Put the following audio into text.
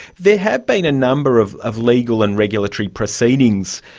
there have been a number of of legal and regulatory proceedings,